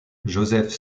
joseph